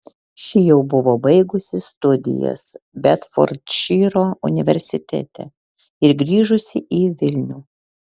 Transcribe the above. ši jau buvo baigusi studijas bedfordšyro universitete ir grįžusi į vilnių